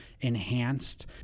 enhanced